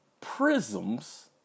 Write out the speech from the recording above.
Prisms